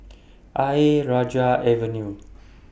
Ayer Rajah Avenue